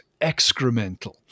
excremental